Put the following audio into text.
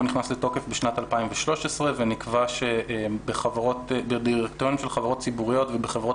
נכנס לתוקף בשנת 2013 ונקבע שבדירקטוריונים של חברות ציבוריות ובחברות